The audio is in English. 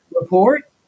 report